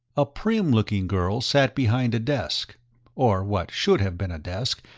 a prim-looking girl sat behind a desk or what should have been a desk,